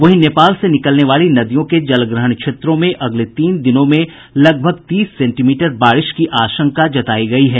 वहीं नेपाल से निकलने वाली नदियों के जलग्रहण क्षेत्रों में अगले तीन दिनों में लगभग तीस सेंटीमीटर बारिश की आशंका जतायी गयी है